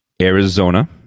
Arizona